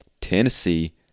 Tennessee